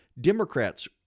Democrats